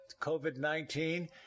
COVID-19